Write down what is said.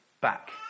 back